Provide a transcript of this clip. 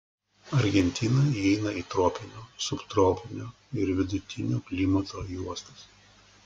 argentina įeina į tropinio subtropinio ir vidutinio klimato juostas